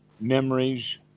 memories